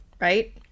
right